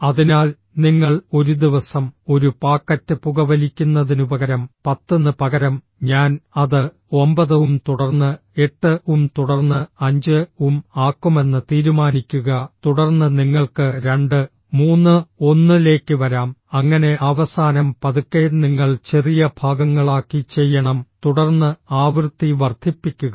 അതിനാൽ നിങ്ങൾ ഒരു ദിവസം ഒരു പാക്കറ്റ് പുകവലിക്കുന്നതിനുപകരം 10 ന് പകരം ഞാൻ അത് 9 ഉം തുടർന്ന് 8 ഉം തുടർന്ന് 5 ഉം ആക്കുമെന്ന് തീരുമാനിക്കുക തുടർന്ന് നിങ്ങൾക്ക് 231 ലേക്ക് വരാം അങ്ങനെ ആവസാനം പതുക്കെ നിങ്ങൾ ചെറിയ ഭാഗങ്ങളാക്കി ചെയ്യണം തുടർന്ന് ആവൃത്തി വർദ്ധിപ്പിക്കുക